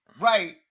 right